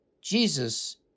Jesus